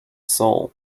soul